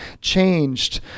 changed